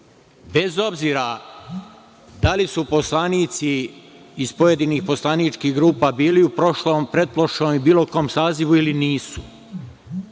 Bez obzira da li su poslanici iz pojedinih poslaničkih grupa bili u prošlom, pretprošlom ili bilo kom sazivu ili nisu,